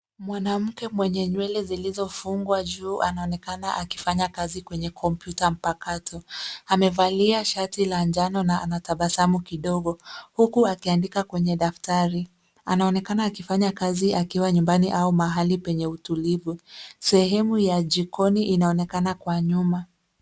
Mwanamke mwenye nywele zilizofungwa juu anaonekana akifanya kazi kwenye kompyuta mpakato amevalia shati la njano na ana tabasamu kidogo huku akiandika kwenye daftari anaonekana akifanya kazi akiwa nyumbani au mahali penye utulivu sehemu ya jikoni inaonekana kwa nyuma.